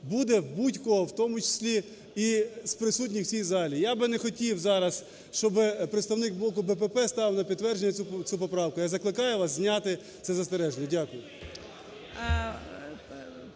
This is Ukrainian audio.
буде в будь-кого, в тому числі, і з присутніх в цій залі. Я би не хотів зараз, щоби представник блоку БПП ставив на підтвердження цю поправку. Я закликаю вас зняти це застереження. Дякую.